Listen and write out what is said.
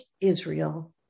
Israel